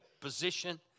position